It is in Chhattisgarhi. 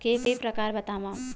के प्रकार बतावव?